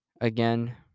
Again